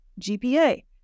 GPA